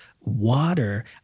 water